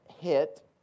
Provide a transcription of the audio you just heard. hit